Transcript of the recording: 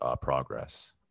progress